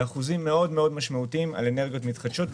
באחוזים משמעותיים מאוד על אנרגיות מתחדשות,